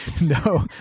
no